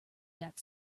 got